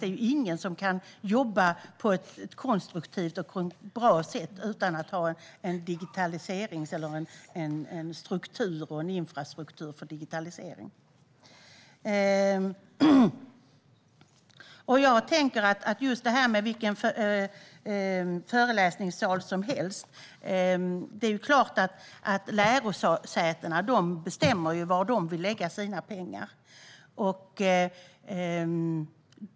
Det är ingen som kan jobba på ett konstruktivt och bra sätt utan att ha en struktur och en infrastruktur för digitalisering. Angående det här med "som vilken föreläsningssal som helst" är det klart att lärosätena bestämmer var de ska lägga sina pengar.